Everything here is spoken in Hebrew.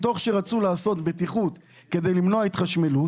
מתוך זה שרצו לעשות בטיחות כדי למנוע התחשמלות,